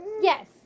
Yes